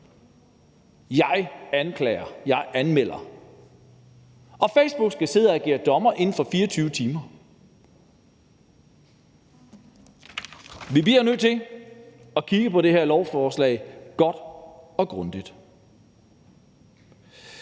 Jeg anklager, jeg anmelder. Og Facebook skal sidde og agere dommer inden for 24 timer. Vi bliver nødt til at kigge godt og grundigt